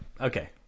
Okay